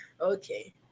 Okay